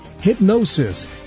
hypnosis